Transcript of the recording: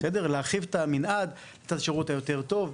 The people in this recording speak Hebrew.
להרחיב את המנעד ולתת שירות יותר טוב.